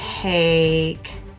take